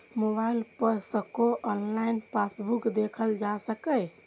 mobile पर सेहो online passbook देखल जा सकैए